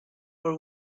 for